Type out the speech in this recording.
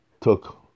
took